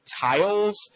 tiles